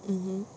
mm mm